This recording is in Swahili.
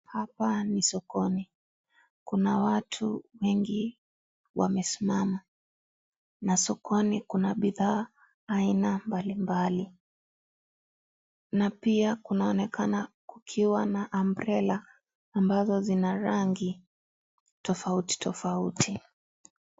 Hapa ni sokoni. Kuna watu wengi wamesimama na sokoni kuna bidhaa aina mbalimbali na pia kunaonekana kukiwa na (CS)umbrella(CS) ambazo zina rangi tofauti tofauti.